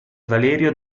valerio